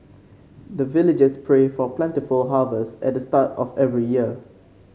the villagers pray for plentiful harvest at the start of every year